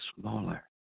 smaller